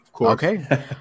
Okay